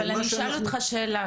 אשאל אותך שאלה,